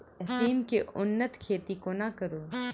सिम केँ उन्नत खेती कोना करू?